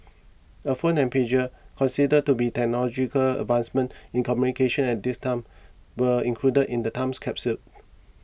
a phone and pager considered to be technological advancements in communication at this time were included in the times capsule